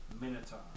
Minotaur